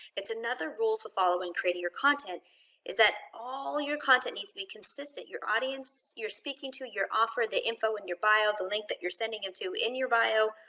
it's another rule to follow when creating your content is that all your content needs to be consistent. your audience you're speaking to, your offer, the info in your bio, the link that you're sending them um to in your bio,